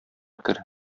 кер